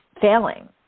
failing